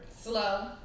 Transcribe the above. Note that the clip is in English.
slow